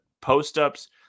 post-ups